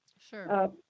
Sure